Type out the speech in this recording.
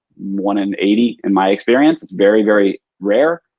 one in eighty in my experience. it's very, very rare.